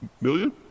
Million